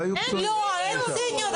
אין ציניות.